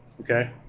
Okay